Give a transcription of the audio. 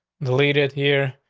lead it here,